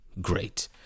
Great